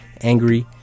angry